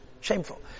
shameful